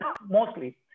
mostly